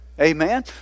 amen